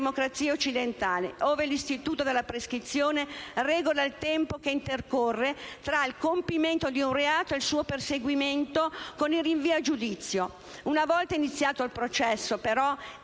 democrazie occidentali, ove l'istituto della prescrizione regola il tempo che intercorre tra il compimento di un reato e il suo perseguimento con il rinvio a giudizio. Una volta iniziato, però,